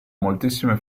moltissime